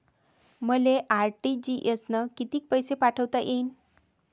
मले आर.टी.जी.एस न कितीक पैसे पाठवता येईन?